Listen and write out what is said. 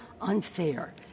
unfair